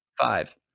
five